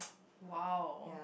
!wow!